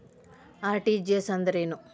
RTGS ಅಂದ್ರೇನು?